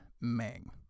Meng